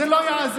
זה לא יעזור.